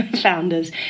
founders